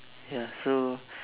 ya so